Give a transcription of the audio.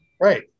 Right